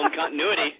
continuity